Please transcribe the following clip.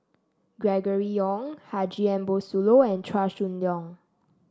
Gregory Yong Haji Ambo Sooloh and Chua Chong Long